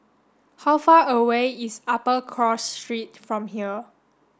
how far away is Upper Cross Street from here